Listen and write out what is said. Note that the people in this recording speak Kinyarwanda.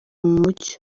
mucyo